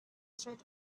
threat